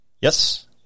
Yes